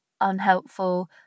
unhelpful